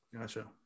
Gotcha